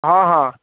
हँ हँ